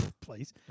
please